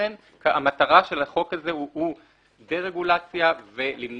אכן המטרה של החוק הזה הוא דה-רגולציה ומניעת